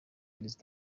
b’ingeri